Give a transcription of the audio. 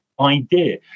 idea